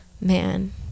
man